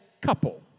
couple